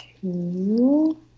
two